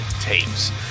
Tapes